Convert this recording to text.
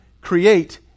create